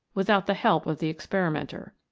without the help of the experimenter.